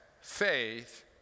faith